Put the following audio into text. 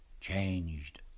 changed